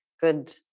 good